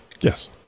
yes